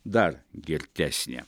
dar girtesnė